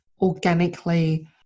organically